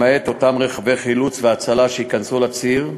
למעט אותם רכבי חילוץ והצלה שייכנסו לציר,